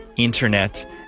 internet